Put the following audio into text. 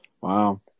Wow